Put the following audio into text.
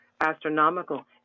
astronomical